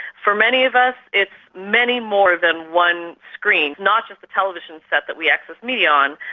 for many of us, it's many more than one screen, not just the television set that we access media on,